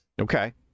Okay